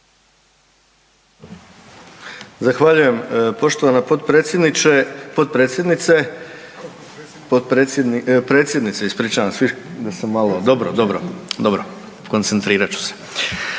Hvala poštovani potpredsjedniče.